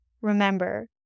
remember